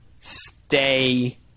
stay